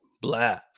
blah